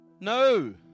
No